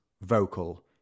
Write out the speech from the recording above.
vocal